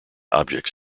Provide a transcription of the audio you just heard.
objects